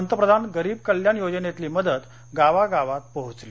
पंतप्रधान गरीब कल्याण योजनेतली मदत गावागावात पोहोचली